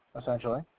essentially